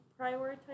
prioritize